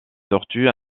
tortues